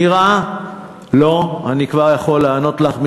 נראה, לא, אני כבר יכול לענות לך.